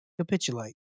capitulate